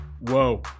Whoa